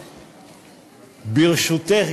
ברשותך,